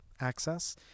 Access